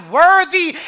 worthy